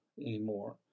anymore